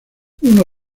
uno